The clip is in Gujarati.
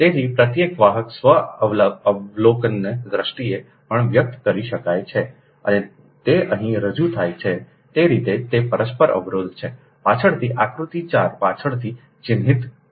તેથી પ્રત્યેક વાહકના સ્વ અવલોકનની દ્રષ્ટિએ પણ વ્યક્ત કરી શકાય છે અને તે અહીં રજૂ થાય છે તે રીતે તે પરસ્પર અવરોધ છેપાછળથી આકૃતિ 4 પાછળથી ચિહ્નિત થયેલ છે